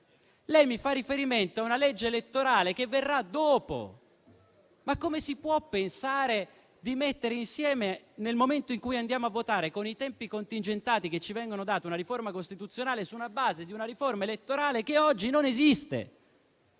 Lei fa riferimento a una legge elettorale che verrà dopo, ma come si può pensare di mettere insieme, nel momento in cui andiamo a votare, con i tempi contingentati che ci vengono dati, una riforma costituzionale sulla base di una riforma elettorale che oggi non esiste?